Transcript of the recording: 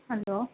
hello